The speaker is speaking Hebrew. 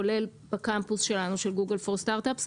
כולל בקמפוס שלנו של Google for Startups.